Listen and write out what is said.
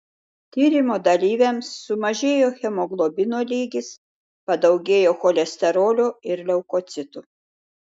tyrimo dalyviams sumažėjo hemoglobino lygis padaugėjo cholesterolio ir leukocitų